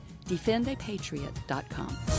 defendapatriot.com